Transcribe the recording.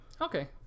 okay